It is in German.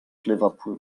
liverpool